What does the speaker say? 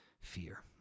fear